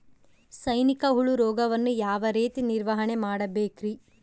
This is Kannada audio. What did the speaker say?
ಸೈನಿಕ ಹುಳು ರೋಗವನ್ನು ಯಾವ ರೇತಿ ನಿರ್ವಹಣೆ ಮಾಡಬೇಕ್ರಿ?